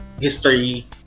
history